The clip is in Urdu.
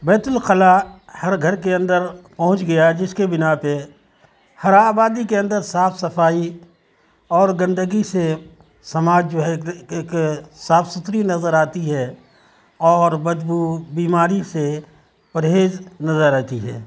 بیت الخلا ہر گھر کے اندر پہنچ گیا جس کے بنا پہ ہر آبادی کے اندر صاف صفائی اور گندگی سے سماج جو ہے صاف ستھری نظر آتی ہے اور بدبو بیماری سے پرہیز نظر آتی ہے